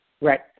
Right